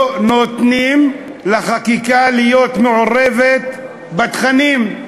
לא נותנים לחקיקה להיות מעורבת בתכנים.